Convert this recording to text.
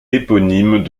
éponyme